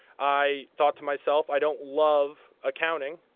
i thought to myself, i don't love accounting,